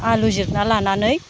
आलु जिरना लानानै